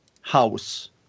House